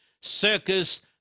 Circus